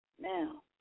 Now